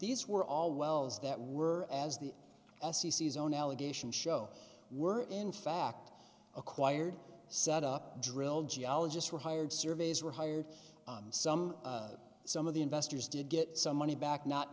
these were all wells that were as the s e c zone allegation show were in fact acquired set up drilled geologists were hired surveys were hired some some of the investors did get some money back not